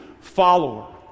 follower